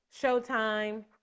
showtime